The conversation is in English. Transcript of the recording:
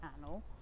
channel